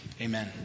Amen